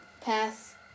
pass